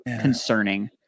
concerning